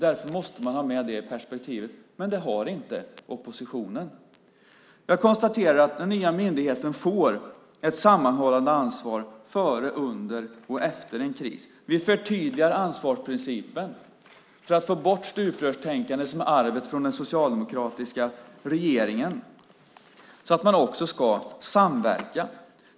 Därför måste man ha med det perspektivet, men det har inte oppositionen. Jag konstaterar att den nya myndigheten får ett sammanhållande ansvar före, under och efter en kris. Vi förtydligar ansvarsprincipen för att få bort det stuprörstänkande som är arvet efter den socialdemokratiska regeringen så att man också ska samverka.